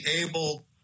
able